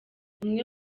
umwe